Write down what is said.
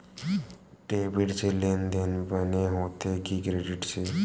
Debit से लेनदेन बने होथे कि क्रेडिट से?